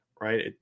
right